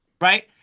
right